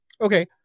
Okay